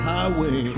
Highway